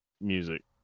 music